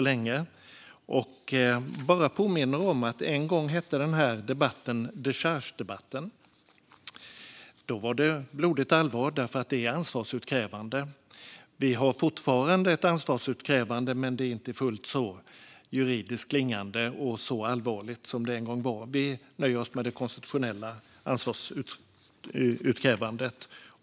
Låt mig bara påminna om att den här debatten en gång hette dechargedebatten. Då var det blodigt allvar, för det gällde ansvarsutkrävande. Vi har fortfarande ett ansvarsutkrävande, men det är inte fullt så juridiskt klingande och så allvarligt som det en gång var. Vi nöjer oss med det konstitutionella ansvarsutkrävandet.